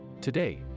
Today